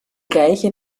gleiche